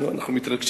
הגמרא מספרת,